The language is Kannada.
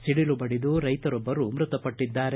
ಸಿಡಿಲು ಬಡಿದು ರೈತರೊಬ್ಬರು ಮೃತಪಟ್ಟದ್ದಾರೆ